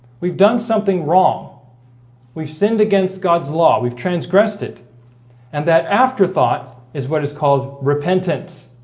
we've done something wrong we've sinned against god's law we've transgressed it and that afterthought is what is called repentance